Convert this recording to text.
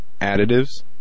additives